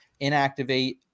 inactivate